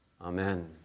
Amen